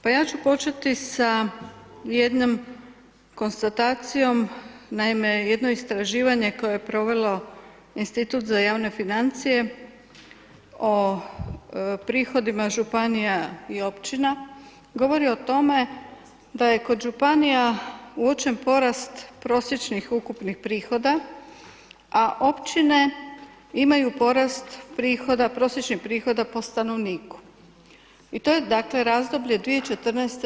Pa ja ću početi sa jednom konstatacijom, naime, jedno istraživanje koje je provelo Institut za javne financije o prihodima županija i općina govori o tome da je kod županija uočen porast prosječnih ukupnih prihoda, a općine imaju porast prosječnih prihoda po stanovniku i to je, dakle, razdoblje 2014.-2017.